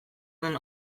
den